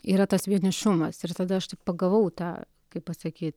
yra tas vienišumas ir tada aš taip pagavau tą kaip pasakyt